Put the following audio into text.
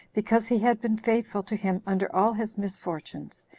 because he had been faithful to him under all his misfortunes,